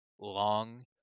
long